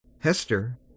HESTER